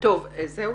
הדס,